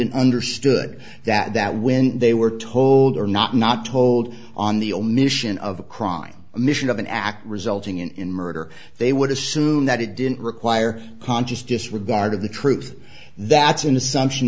and understood that when they were told or not not told on the omission of the crime commission of an act resulting in murder they would assume that it didn't require conscious disregard of the truth that's an assumption